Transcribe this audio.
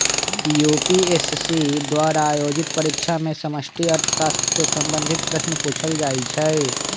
UPSC द्वारा आयोजित परीक्षा में समष्टि अर्थशास्त्र से संबंधित प्रश्न पूछल जाइ छै